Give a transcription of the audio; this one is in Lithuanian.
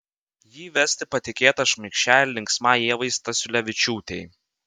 jį vesti patikėta šmaikščiai ir linksmai ievai stasiulevičiūtei